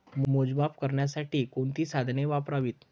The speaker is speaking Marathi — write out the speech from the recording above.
मोजमाप करण्यासाठी कोणती साधने वापरावीत?